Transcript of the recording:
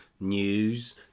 news